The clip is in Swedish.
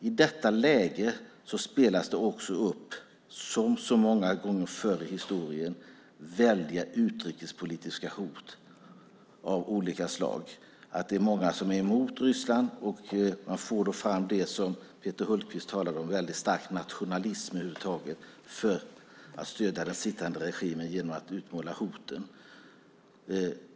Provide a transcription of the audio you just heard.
I detta läge spelas det också upp, som så många gånger förr i historien, väldiga utrikespolitiska hot av olika slag, att det är många som är emot Ryssland. Man får då fram det som Peter Hultqvist talade om, en väldigt stark nationalism över huvud taget. Det handlar om att få stöd för den sittande regimen genom att utmåla hoten.